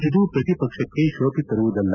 ಇದು ಪ್ರತಿಪಕ್ಷಕ್ಕೆ ಶೋಭೆ ತರುವಂತದ್ದಲ್ಲ